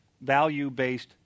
value-based